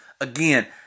Again